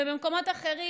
במקומות אחרים,